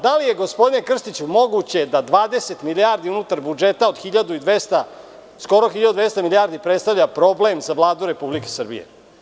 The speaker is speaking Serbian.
Da li je, gospodine Krstiću, moguće da 20 milijardi unutar budžeta od skoro hiljadu i dvesta milijardi predstavlja problem za Vladu Republike Srbije.